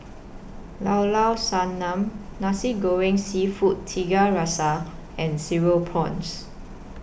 Llao Llao Sanum Nasi Goreng Seafood Tiga Rasa and Cereal Prawns